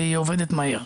והיא עובדת מהר.